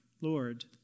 Lord